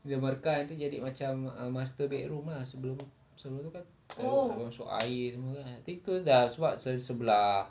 dia merekah nanti jadi macam ah master bedroom ah sebelum sebelum itu kan macam masuk air semua kan nanti itu dah sebab se~ sebelah